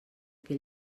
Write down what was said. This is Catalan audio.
que